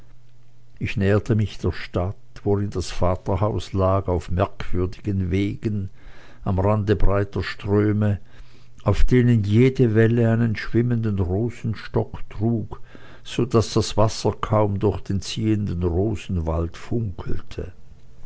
ich näherte mich der stadt worin das vaterhaus lag auf merkwürdigen wegen am rande breiter ströme auf denen jede welle einen schwimmenden rosenstock trug so daß das wasser kaum durch den ziehenden rosenwald funkelte